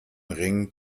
ring